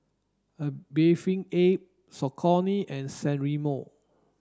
A Bathing Ape Saucony and San Remo